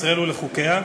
ולחוקיה,